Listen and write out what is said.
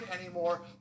anymore